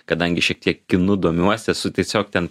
kadangi šiek tiek kinu domiuosi tiesiog ten